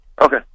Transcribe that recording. Okay